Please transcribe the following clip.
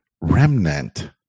Remnant